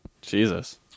Jesus